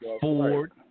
Ford